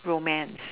romance